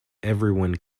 everyone